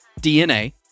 DNA